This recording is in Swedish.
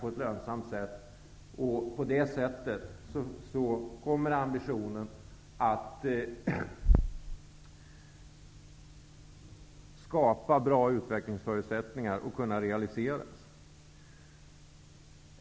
På det sättet kommer ambitionerna att kunna skapa bra utvecklingsförutsättningar att realiseras. Herr talman!